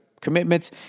commitments